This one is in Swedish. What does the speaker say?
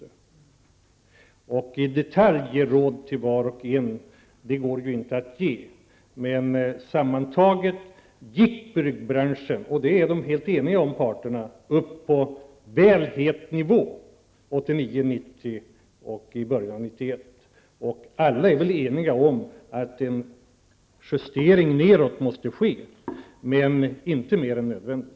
Det går inte att i detalj ge råd till var och en, men sammantaget vill jag säga att byggbranschen 1989, 1990 och i början av 1991 gick upp på en väl het nivå. Detta är parterna eniga om, och alla är väl också eniga om att en justering nedåt måste ske, men denna skall inte vara större än nödvändigt.